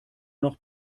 noch